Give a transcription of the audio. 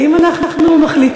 האם אנחנו מחליטים,